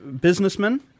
businessmen